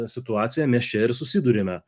situacija mes čia ir susiduriame